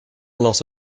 lot